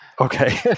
Okay